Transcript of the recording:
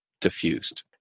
diffused